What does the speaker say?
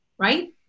right